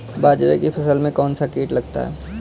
बाजरे की फसल में कौन सा कीट लगता है?